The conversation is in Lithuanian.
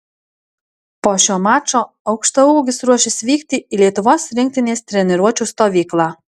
po šio mačo aukštaūgis ruošis vykti į lietuvos rinktinės treniruočių stovyklą